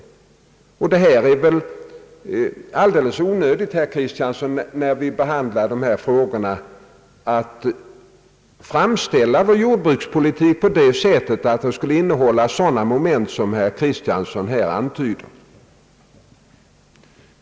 När vi behandlar dessa frågor är det väl alldeles onödigt, herr Kristiansson, att framställa vår jordbrukspolitik på det sättet att den skulle innehålla sådana moment som herr Kristiansson här antyder.